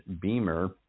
Beamer